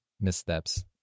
missteps